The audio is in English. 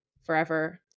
forever